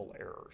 errors